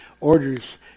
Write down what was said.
orders